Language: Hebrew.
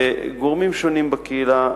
וגורמים שונים בקהילה,